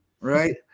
right